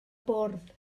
bwrdd